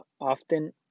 often